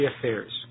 affairs